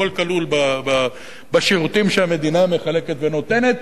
הכול כלול בשירותים שהמדינה מחלקת ונותנת,